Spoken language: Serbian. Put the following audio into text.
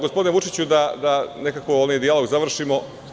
Gospodine Vučiću, želim samo da nekako ovaj dijalog završimo.